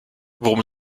worum